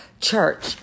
church